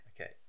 Okay